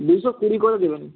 দুশো কুড়ি করে দেবেন